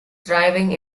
thriving